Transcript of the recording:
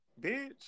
bitch